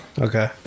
Okay